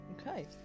okay